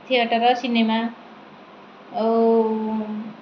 theatre cinema ଆଉ